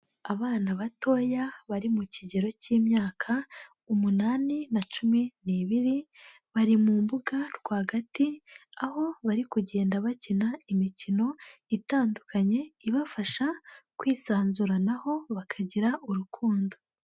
Abana batoya bari mu kigero cy'imyaka umunani na cumi n'ibiri, bari mu mbuga rwagati, aho bari kugenda bakina imikino itandukanye ibafasha kwisanzuranaho bakagira urukundo.